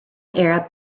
arab